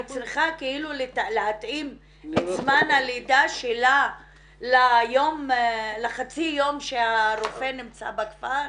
היא צריכה להתאים את זמן הלידה שלה לחצי יום שהרופא נמצא בכפר?